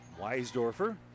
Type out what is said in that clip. Weisdorfer